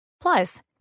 Plus